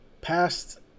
past